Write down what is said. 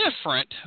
different